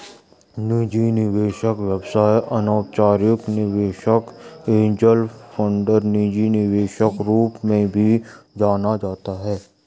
निजी निवेशक व्यवसाय अनौपचारिक निवेशक एंजेल फंडर निजी निवेशक रूप में भी जाना जाता है